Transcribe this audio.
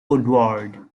woodward